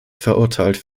verurteilt